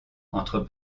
entre